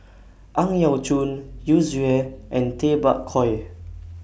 Ang Yau Choon Yu Zhuye and Tay Bak Koi